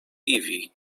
heavy